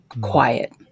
quiet